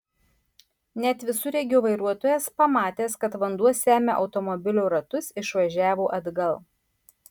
net visureigio vairuotojas pamatęs kad vanduo semia automobilio ratus išvažiavo atgal